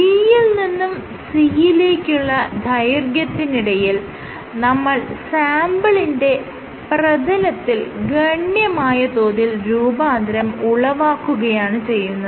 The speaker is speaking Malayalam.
B യിൽ നിന്നും C ലേക്കുള്ള ദൈർഘ്യത്തിനിടയിൽ നമ്മൾ സാംപിളിന്റെ പ്രതലത്തിൽ ഗണ്യമായ തോതിൽ രൂപാന്തരം ഉളവാക്കുകയാണ് ചെയ്യുന്നത്